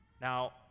Now